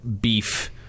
beef